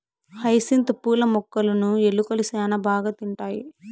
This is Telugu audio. హైసింత్ పూల మొక్కలును ఎలుకలు శ్యాన బాగా తింటాయి